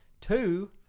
two